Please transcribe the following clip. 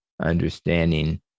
understanding